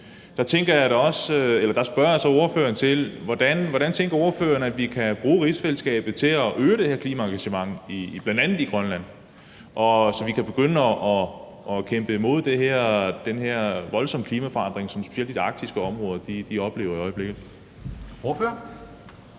der vil jeg så spørge, hvordan ordføreren tænker at vi kan bruge rigsfællesskabet til at øge det her klimaengagement, bl.a. i Grønland, så vi kan begynde at kæmpe imod den her voldsomme klimaforandring, som man specielt oplever i det arktiske område i øjeblikket. Kl.